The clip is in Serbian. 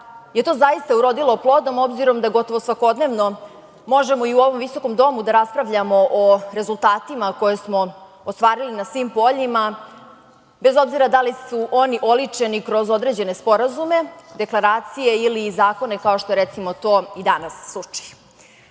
je to zaista urodilo plodom, obzirom da gotovo svakodnevno možemo i u ovom visokom domu da raspravljamo o rezultatima koje smo ostvarili na svim poljima, bez obzira da li su oni oličeni kroz određene sporazume, deklaracije ili zakone, kao što je to, recimo, i danas slučaj. Ja